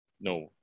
No